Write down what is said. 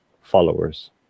followers